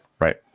right